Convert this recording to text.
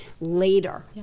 later